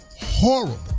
horrible